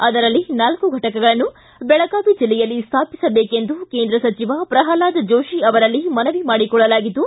ಅದರಲ್ಲಿ ನಾಲ್ಲು ಫಟಕಗಳನ್ನು ಬೆಳಗಾವಿ ಜಿಲ್ಲೆಯಲ್ಲಿ ಸ್ಥಾಪಿಸಬೇಕೆಂದು ಕೇಂದ್ರ ಸಚಿವ ಪ್ರಲ್ನಾದ ಜೋಶಿ ಅವರಲ್ಲಿ ಮನವಿ ಮಾಡಿಕೊಳ್ಳಲಾಗಿದ್ದು